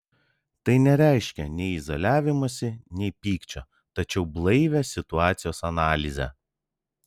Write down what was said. tai nereiškia nei izoliavimosi nei pykčio tačiau blaivią situacijos analizę